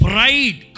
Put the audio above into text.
Pride